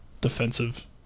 defensive